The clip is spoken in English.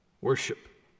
worship